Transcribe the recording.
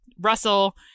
Russell